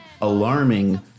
alarming